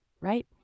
right